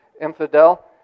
infidel